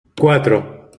cuatro